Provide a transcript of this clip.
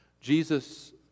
Jesus